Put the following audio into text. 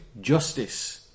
justice